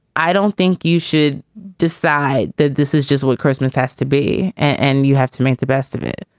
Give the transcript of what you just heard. i don't think you should decide that this is just what christmas has to be and you have to make the best of it.